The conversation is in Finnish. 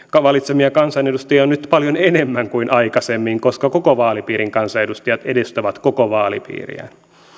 valitsemia kansanedustajia on nyt paljon enemmän kuin aikaisemmin koska koko vaalipiirin kansanedustajat edustavat koko vaalipiiriään